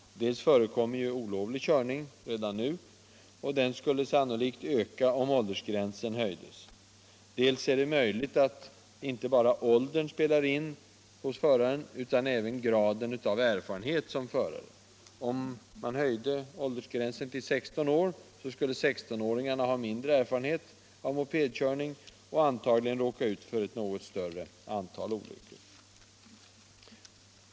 Dels förekommer olovlig körning redan nu och den skulle sannolikt öka om åldergränsen höjdes. Dels är det möjligt att inte bara åldern hos föraren spelar in utan även graden av erfarenhet. Om man höjde åldersgränsen till 16 år skulle 16-åringarna ha mindre erfarenhet av mopedkörning och antagligen råka ut för ett något större antal olyckor.